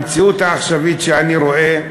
המציאות העכשווית שאני רואה: